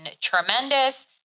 tremendous